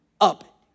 up